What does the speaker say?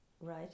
Right